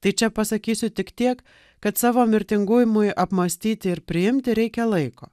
tai čia pasakysiu tik tiek kad savo mirtinguimui apmąstyti ir priimti reikia laiko